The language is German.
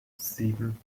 sieben